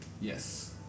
Yes